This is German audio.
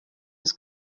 des